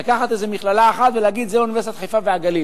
לקחת איזה מכללה אחת ולהגיד שזה אוניברסיטת חיפה והגליל,